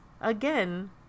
Again